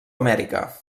amèrica